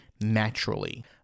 naturally